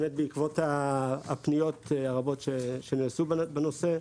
באמת עקבות הפניות הרבות שנעשו בנושא,